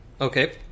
Okay